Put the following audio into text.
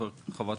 חה"כ